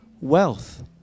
wealth